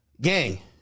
gang